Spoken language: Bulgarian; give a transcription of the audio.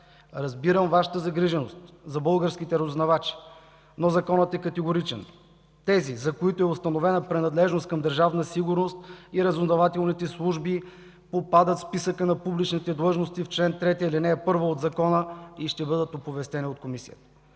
Разбирам Вашата загриженост за българските разузнавачи, но законът е категоричен. Тези, за които е установена принадлежност към държавна сигурност и разузнавателните служби, попадат в списъка на публичните длъжности в чл. 3, ал. 1 от Закона и ще бъдат оповестени от комисията.